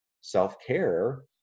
self-care